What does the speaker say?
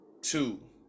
two